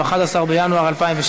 11 בינואר 2016,